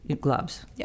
gloves